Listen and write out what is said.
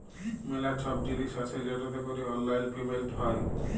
ম্যালা ছব জিলিস আসে যেটতে ক্যরে অললাইল পেমেলট হ্যয়